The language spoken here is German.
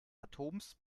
atoms